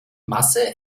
masse